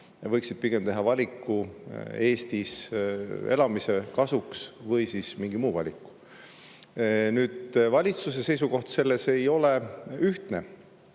võiksid pigem teha valiku Eestis elamise kasuks või mingi muu valiku. Valitsuse seisukoht selles ei ole ühtne.